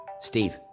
Steve